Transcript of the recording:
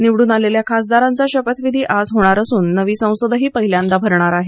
निवडून आलेल्या खासदारांचा शपथविधी आज होणार असून नवी संसदही पहिल्यांदा भरणार आहे